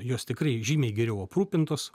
jos tikrai žymiai geriau aprūpintos